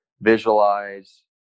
visualize